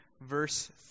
verse